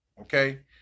okay